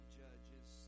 judges